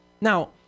Now